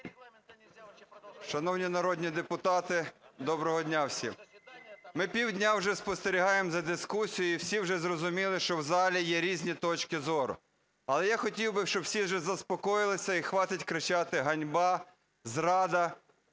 Шановні народні депутати, доброго дня всім! Ми півдня уже спостерігаємо за дискусією, і всі вже зрозуміли, що в залі є різні точки зору. Але я хотів би, щоб всі вже заспокоїлися, і хватить кричати "ганьба, зрада".